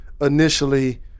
initially